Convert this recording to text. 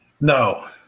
No